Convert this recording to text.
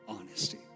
honesty